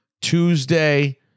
Tuesday